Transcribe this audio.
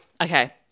Okay